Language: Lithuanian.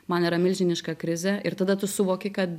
man yra milžiniška krizė ir tada tu suvoki kad